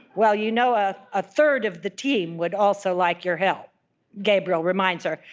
well, you know, ah a third of the team would also like your help gabriel reminds her.